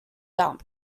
dump